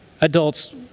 adults